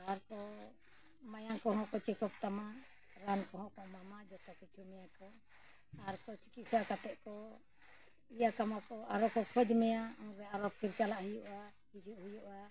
ᱟᱨ ᱠᱚ ᱢᱟᱭᱟᱝ ᱠᱚᱦᱚᱸ ᱠᱚ ᱪᱮᱠᱟᱯ ᱛᱟᱢᱟ ᱨᱟᱱ ᱠᱚᱦᱚᱸ ᱠᱚ ᱮᱢᱟᱢᱟ ᱡᱚᱛᱚ ᱠᱤᱪᱷᱩ ᱢᱮᱭᱟ ᱠᱚ ᱟᱨᱠᱚ ᱪᱤᱠᱤᱛᱥᱟ ᱠᱟᱛᱮ ᱠᱚ ᱤᱭᱟᱹ ᱠᱟᱢᱟ ᱠᱚ ᱟᱨᱚ ᱠᱚ ᱠᱷᱚᱡ ᱢᱮᱭᱟ ᱩᱱᱨᱮ ᱟᱨᱚ ᱯᱷᱤᱨ ᱪᱟᱞᱟᱜ ᱦᱩᱭᱩᱜᱼᱟ ᱦᱤᱡᱩᱜ ᱦᱩᱭᱩᱜᱼᱟ